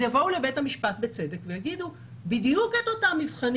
אז יבואו לבית המשפט ויגידו בצדק שבדיוק את אותם מבחנים